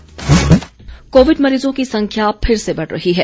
Covid संदेश covid मरीजों की संख्या फिर से बढ़ रही है